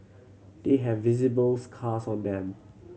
they have visible scars on them